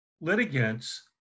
litigants